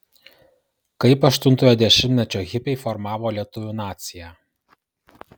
kaip aštuntojo dešimtmečio hipiai formavo lietuvių naciją